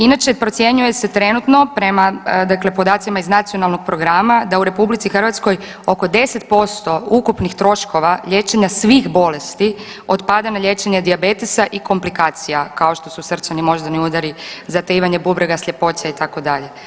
Inače procjenjuje se trenutno prema dakle podacima iz nacionalnog programa da u RH oko 10% ukupnih troškova liječenja svih bolesti otpada na liječenje dijabetesa i komplikacija kao što su srčani, moždani udari, zatajivanje bubrega, sljepoća itd.